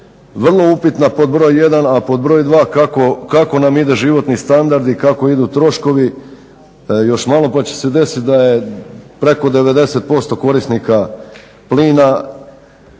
vrlo upitna pod broj jedan, a pod broj dva kako nam ide životni standard i kako idu troškovi još malo pa će se desiti da je preko 90% korisnika plina